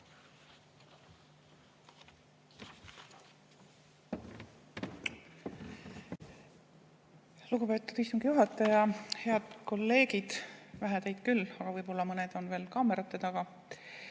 Lugupeetud istungi juhataja! Head kolleegid! Vähe teid küll on, aga võib-olla mõned on kaamerate taga.